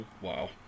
Wow